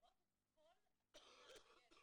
לראות את כל התמונה שיש,